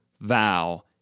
vow